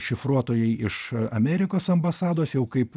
šifruotojai iš amerikos ambasados jau kaip